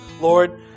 Lord